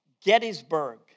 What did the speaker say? Gettysburg